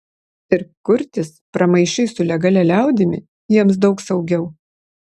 ir kurtis pramaišiui su legalia liaudimi jiems daug saugiau